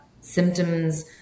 symptoms